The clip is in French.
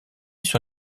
sur